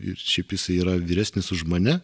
ir šiaip jis yra vyresnis už mane